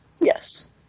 Yes